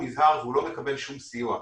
היום הוא נזהר והוא לא מקבל שום סיוע.